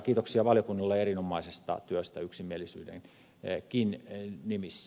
kiitoksia valiokunnalle erinomaisesta työstä yksimielisyydenkin nimissä